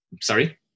Sorry